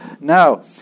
Now